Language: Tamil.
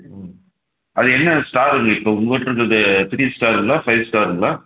ம் அது என்ன ஸ்டார் பண்ணுறது த்ரீ ஸ்டாருங்களா ஃபைவ் ஸ்டாருங்களா